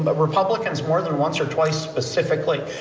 but republicans more than once or twice specifically.